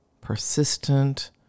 persistent